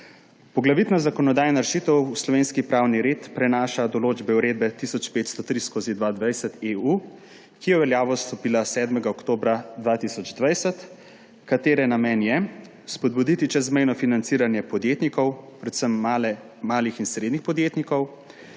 Poglavitna zakonodajna rešitev v slovenski pravni red prenaša določbe Uredbe 1503/2020/EU, ki je v veljavo stopila 7. oktobra 2020, katere namen je spodbuditi čezmejno financiranje podjetnikov, predvsem malih in srednjih podjetnikov,